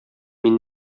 мин